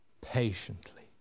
Patiently